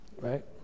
Right